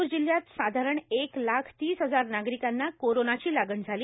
नागपूर जिल्ह्यात साधारण एक लाख तीस हजार नागरिकांना कोरोनाची लागण झाली